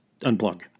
unplug